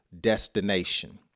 destination